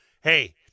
hey